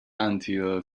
until